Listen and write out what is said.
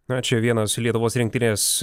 na čia vienas lietuvos rinktinės